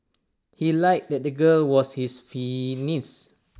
he lied that the girl was his niece